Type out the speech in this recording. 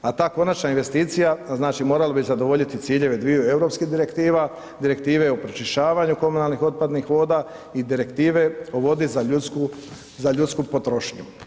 A ta konačna investicija, znači morali bi zadovoljiti ciljeve dviju europskih direktiva, direktive o pročišćavanju komunalnih otpadnih voda i direktive o vodi za ljudsku potrošnju.